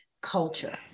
culture